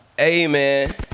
Amen